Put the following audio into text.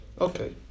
Okay